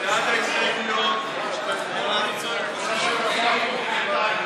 תמר זנדברג ומוסי רז,